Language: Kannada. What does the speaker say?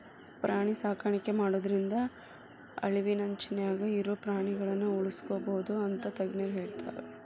ಪ್ರಾಣಿ ಸಾಕಾಣಿಕೆ ಮಾಡೋದ್ರಿಂದ ಅಳಿವಿನಂಚಿನ್ಯಾಗ ಇರೋ ಪ್ರಾಣಿಗಳನ್ನ ಉಳ್ಸ್ಬೋದು ಅಂತ ತಜ್ಞರ ಹೇಳ್ತಾರ